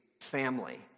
family